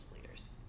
leaders